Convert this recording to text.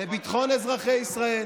לביטחון אזרחי ישראל